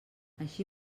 així